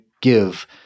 give